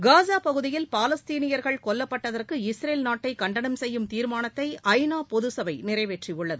காசா பகுதியில் பாலஸ்தீனியர்கள் கொல்லப்பட்டதற்கு இஸ்ரேல் நாட்டை கண்டனம் செய்யும் தீர்மானத்தை ஐநா பொதுசபை நிறைவேற்றியுள்ளது